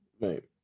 right